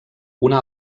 una